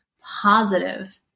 positive